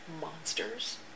Monsters